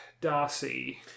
Darcy